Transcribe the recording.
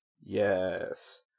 yes